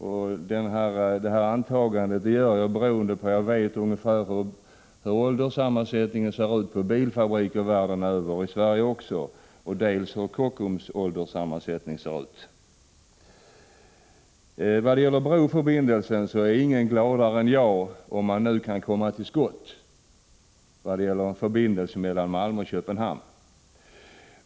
Jag gör detta antagande på grund av att jag vet hur ålderssammansättningen ungefärligen ser ut på bilfabriker världen över, också i Sverige, och hur Kockums ålderssammansättning ser ut. Ingen blir gladare än jag om man nu kan komma till skott när det gäller en broförbindelse mellan Malmö och Köpenhamn.